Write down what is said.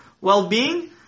well-being